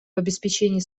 обеспечении